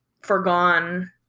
forgone